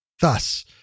Thus